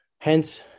Hence